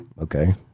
okay